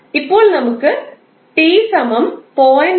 ഇപ്പോൾനമുക്ക് t 0